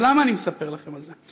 למה אני מספר לכם על זה?